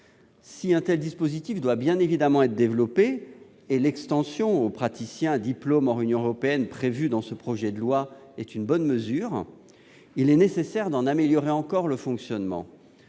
Si un tel dispositif doit bien évidemment être développé- l'extension aux praticiens à diplôme hors Union européenne qui est prévue dans ce projet de loi est une bonne mesure -, il est nécessaire d'en améliorer encore le fonctionnement.